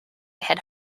head